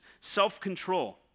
self-control